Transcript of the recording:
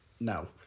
No